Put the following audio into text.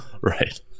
Right